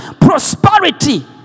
Prosperity